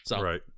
Right